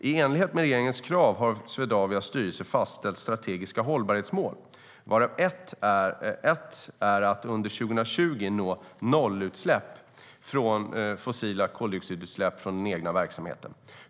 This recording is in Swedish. I enlighet med regeringens krav har Swedavias styrelse fastställt strategiska hållbarhetsmål, varav ett är att under 2020 nå nollutsläpp av fossila koldioxidutsläpp från den egna verksamheten.